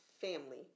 family